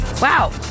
wow